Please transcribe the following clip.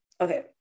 Okay